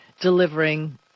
delivering